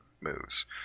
moves